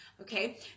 Okay